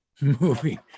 movie